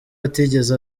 atigeze